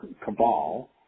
cabal